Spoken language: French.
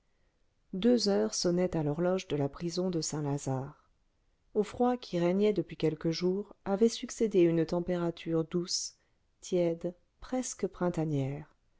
deux heures sonnaient à l'horloge de la prison de saint-lazare au froid qui régnait depuis quelques jours avait succédé une température douce tiède presque printanière